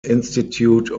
institute